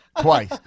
twice